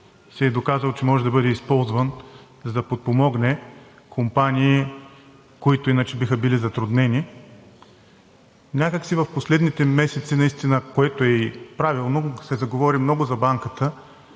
се е доказал, че може да бъде използван, за да подпомогне компании, които иначе биха били затруднени. Някак в последните месеци настина, което е и правилно, се заговори много за Банката,